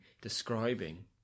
describing